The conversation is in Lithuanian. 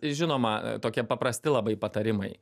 žinoma tokie paprasti labai patarimai